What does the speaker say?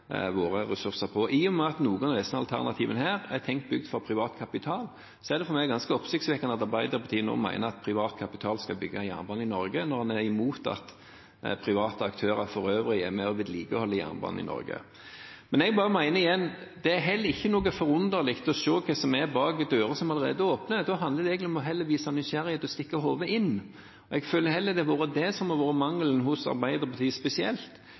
våre ressurser på. I og med at noen av disse alternativene er tenkt bygd med privat kapital, er det for meg ganske oppsiktsvekkende at Arbeiderpartiet nå mener at privat kapital skal bygge jernbane i Norge, når en er imot at private aktører for øvrig er med og vedlikeholder jernbanen i Norge. Igjen: Jeg mener det ikke er noe forunderlig over å se hva som er bak dører som allerede er åpne. Da handler det heller om å vise nysgjerrighet og stikke hodet inn. Jeg føler at det heller er det som har vært mangelen hos spesielt Arbeiderpartiet.